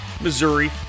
Missouri